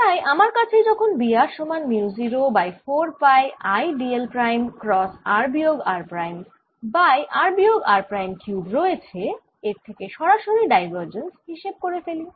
তাই আমার কাছে যখন B r সমান mu 0 by 4 pi I d l prime cross r বিয়োগ r প্রাইম বাই r বিয়োগ r প্রাইম কিউব রয়েছে এর থেকে সরাসরি ডাইভার্জেন্স হিসেব করে ফেলি